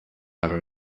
par